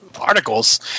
articles